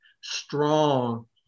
strong